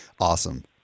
awesome